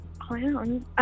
Clown